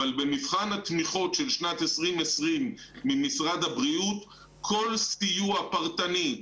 אבל במבחן התמיכות של שנת 2020 ממשרד הבריאות כל סיוע פרטני,